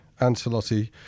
Ancelotti